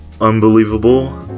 unbelievable